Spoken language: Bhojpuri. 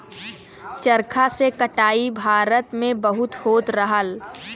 चरखा से कटाई भारत में बहुत होत रहल